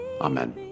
Amen